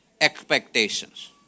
Expectations